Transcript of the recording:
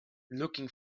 looking